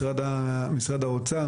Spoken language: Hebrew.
משרד האוצר,